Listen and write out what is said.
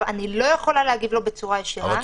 ואני לא יכולה להגיב לו בצורה ישירה.